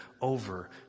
over